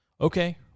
Okay